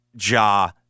Ja